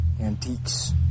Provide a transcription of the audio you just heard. antiques